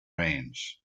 range